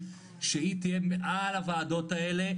שהיא תהיה מעל הועדות האלה,